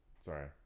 Sorry